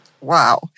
Wow